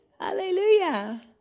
Hallelujah